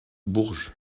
bourges